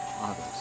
others